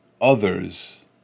others